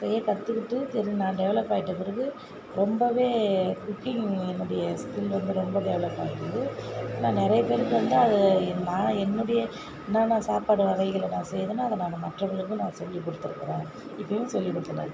செய்ய கற்றுக்கிட்டு தெரிஞ்ச நான் டெவெலப் ஆகிட்ட பிறகு ரொம்பவே குக்கிங் என்னுடைய ஸ்கில் வந்து ரொம்ப டெவெலப் ஆகிடுது நான் நிறைய பேருக்கு வந்து அது நான் என்னுடைய என்னென சாப்பாடு வகைகள் நான் செய்தனோ அதை நான் மற்றவங்களுக்கும் சொல்லி கொடுத்துருக்றன் இப்போயும் சொல்லி கொடுத்துன்னுயிருகுறன்